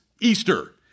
Easter